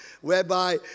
whereby